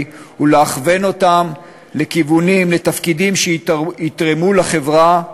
ולאכוון אותם לתפקידים שיתרמו לחברה.